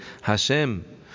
Hashem